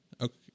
Okay